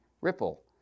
ripple